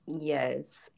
Yes